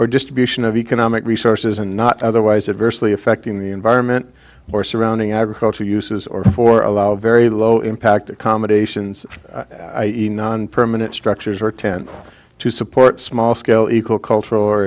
or distribution of economic resources and not otherwise adversely affecting the environment or surrounding agriculture uses or for allow very low impact accommodations i e non permanent structures or tend to support small scale equal cultural or